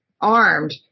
armed